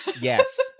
Yes